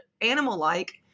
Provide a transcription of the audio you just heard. animal-like